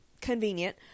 convenient